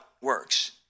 works